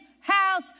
house